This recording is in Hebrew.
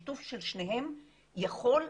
שילוב של שניהם יכול..